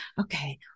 okay